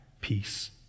peace